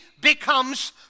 becomes